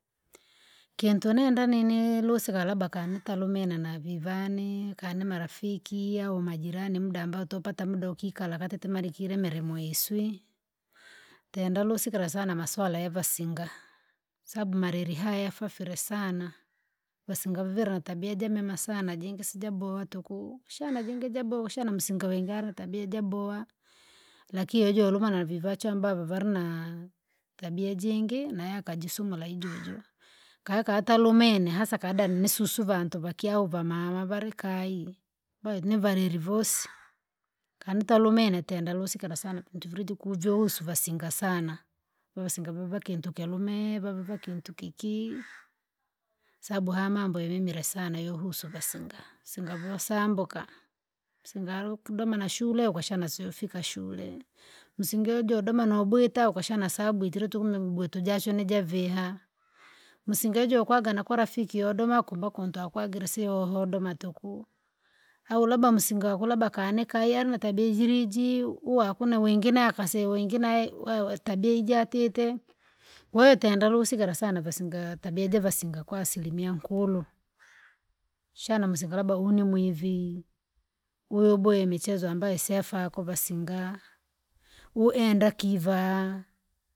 Kintu nenda nini lusika labada kanitalumine nivani kani nimarafiki au majirani muda ambao tapata muda wokikala muda ambao timarikirye mirimo yisu. tenda lusikira sana masuala yavasinge varire kwasababu mareri haha yafafire sana. vasinga vavire natabia jamema sana jingi sijaboha tuku. wakashana msinga wingi ari natabia jaboha lakini ojolumana na vivachu ambavyo vene vari na tabia jiri jingi nay eye akajisimula hiyohiyo. Kwahiyo. kotumine hasa kani susu vantuvaki au vamama vari kayi nivaveri vosi. kanitalumine sana yahusu vasinga sana vasinga vare vakintu. kilumee vave vakintu kiki kwasababu haha mambo yamemire sana yohusu vasinga. vasinga vosambukaa msinga vearidoma na shule wakashana siyofika shule tuku msingi arijodoma nobwita wakashana siyofika shule tuku msingi arijodoma nobwita wakachana siabwitire tuku bwito jachu nijaviha. msinga ososeya nakwarafiki odoma. kumbe kweo kwatira sikoko tuku awu labda msinga waku kayi labda ari na tabia jiri jiyo wingi naye tabia iji atite. Kwahiyo tenda lusikira tabia javasinga kwa asilimia nkulu. wakashana msinga labda uhu nimwivi. uhu yoboha michezo amabyo siyafaa kwa vasinga. utu wingi enda kiva.